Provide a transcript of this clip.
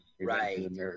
Right